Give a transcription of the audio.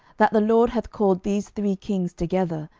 that the lord hath called these three kings together,